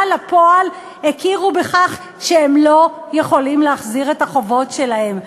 לפועל הכירו בכך שהם לא יכולים להחזיר את החובות שלהם,